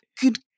good